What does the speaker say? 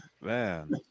Man